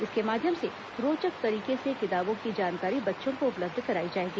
इसके माध्यम से रोचक तरीके से किताबों की जानकारी बच्चों को उपलब्ध कराई जाएगी